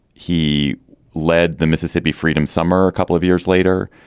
he led the mississippi freedom summer a couple of years later.